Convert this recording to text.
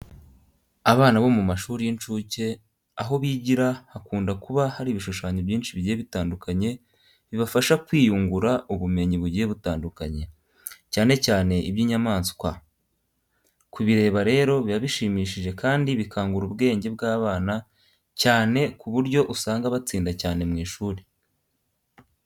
Abana bo mu mashuri y'incuke, aho bigira hakunda kuba hari ibishushanyo byinshi bigiye bitandukanye bibafasha kwiyungura ubumenyi bugiye butandukanye, cyane cyane iby'inyamaswa. Kubireba rero biba bishimishije kandi bikangura ubwenge bw'abana cyane ku buryo usanga batsinda cyane mu ishuri.